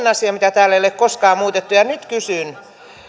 asia mitä täällä ei ole koskaan muutettu nyt kysyn